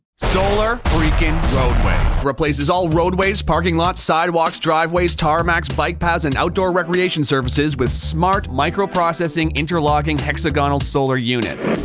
solar freakin' roadways replaces all roadways, parking lots, sidewalks, driveways, tarmacs, bike paths and outdoor recreation surfaces with smart, microprocessing, interlocking, hexagonal solar units!